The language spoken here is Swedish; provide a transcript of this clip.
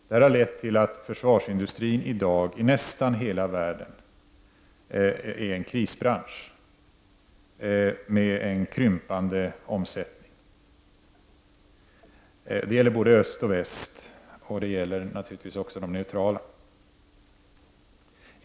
Det har lett till att försvarsindustrin i dag i nästan hela världen är en krisbransch, med krympande omsättning. Det gäller både öst och väst, och det gäller naturligtvis också de neutrala länderna.